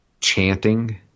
chanting